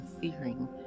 fearing